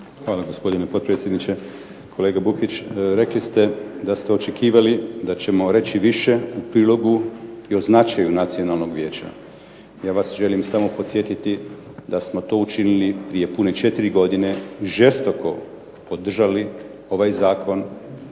Hvala gospodine potpredsjedniče. Kolega Bukvić, rekli ste da ste očekivali da ćemo reći više u prilogu i o značaju nacionalnog vijeća. Ja vas želim samo podsjetiti da smo to učinili prije pune četiri godine žestoko podržali ovaj zakon.